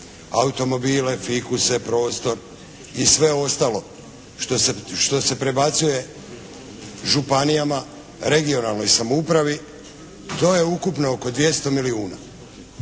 automobile, fikuse, prostor i sve ostalo što se prebacuje županijama, regionalnoj samoupravi to je ukupno oko 200 milijuna.